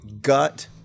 gut